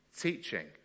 teaching